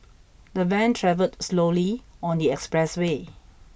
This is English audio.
the van travelled slowly on the express way